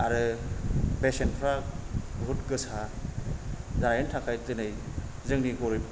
आरो बेसेनफ्रा बुहुद गोसा जानायनि थाखाय दिनै जोंनि गोरिब